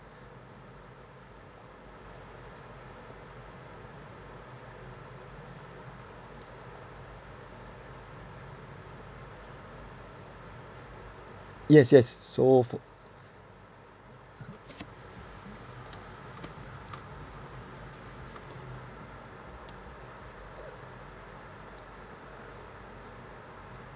yes yes s~ sold for